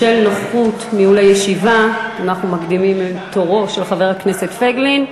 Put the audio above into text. בשל נוחות ניהול הישיבה אנחנו מקדימים את תורו של חבר הכנסת פייגלין.